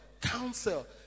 counsel